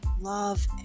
love